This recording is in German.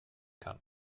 kann